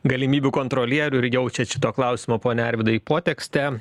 galimybių kontrolierių ir jaučiat šito klausimo pone arvydai potekstę